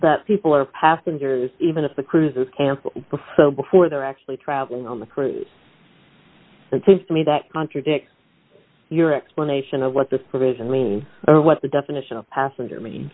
that people are passengers even if the cruise is before before they're actually travelling on the cruise it seems to me that contradicts your explanation of what the provision means what the definition of passenger mean